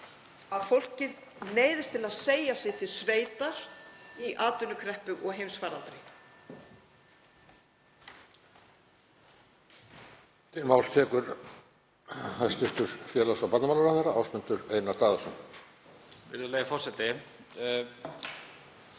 að fólkið neyðist til að segja sig til sveitar í atvinnukreppu og heimsfaraldri?